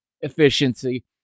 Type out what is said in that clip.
efficiency